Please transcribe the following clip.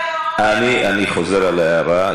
אני חוזר על ההערה,